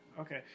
Okay